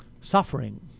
suffering